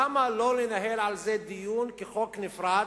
למה לא לנהל על זה דיון כחוק נפרד?